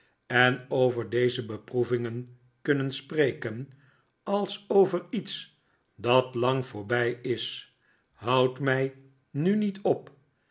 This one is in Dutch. en over deze beproevingen kunnen spreken als over iets dat lang voorbij is houd mij nu niet op